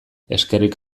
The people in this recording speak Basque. eskerrik